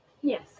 Yes